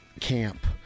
camp